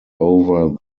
over